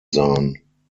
sein